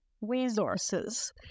resources